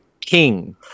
king